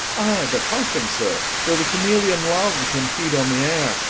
ay, but hearken, sir though the chameleon love can feed on the air,